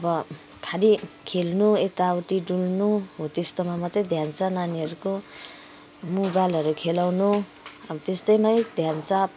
अब खालि खेल्नु यता उती डुल्नु हो त्यस्तोमा मात्रै ध्यान छ नानीहरूको मोबाइलहरू खेलाउनु अब त्यस्तोमै ध्यान छ